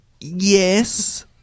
Yes